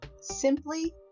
Simply